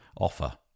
offer